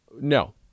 No